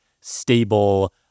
stable